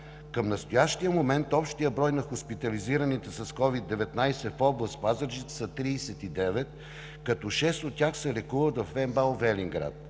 Към настоящия момент общият брой на хоспитализираните с COVID-19 в област Пазарджик са 39, като шест от тях се лекуват в МБАЛ Велинград.